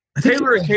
Taylor